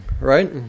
right